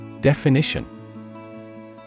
Definition